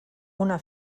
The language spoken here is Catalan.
una